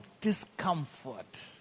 discomfort